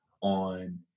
on